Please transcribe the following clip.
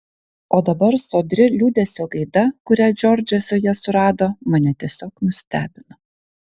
o dabar sodri liūdesio gaida kurią džordžas joje surado mane tiesiog nustebino